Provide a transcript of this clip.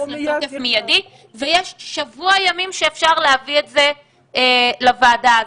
לתוקף מיידי ויש שבוע ימים שאפשר להביא את זה לוועדה הזו.